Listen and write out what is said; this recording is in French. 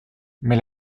mais